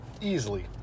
Easily